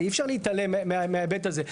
זה אי אפשר להתעלם מההיבט הזה.